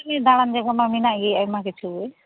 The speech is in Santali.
ᱫᱟᱲᱟᱱ ᱡᱟᱭᱜᱟ ᱢᱟ ᱢᱮᱱᱟᱜ ᱜᱮ ᱟᱭᱢᱟ ᱠᱤᱪᱷᱩ ᱜᱮ